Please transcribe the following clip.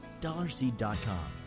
DollarSeed.com